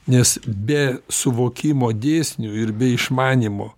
nes be suvokimo dėsnių ir be išmanymo